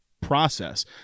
process